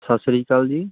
ਸਤਿ ਸ਼੍ਰੀ ਅਕਾਲ ਜੀ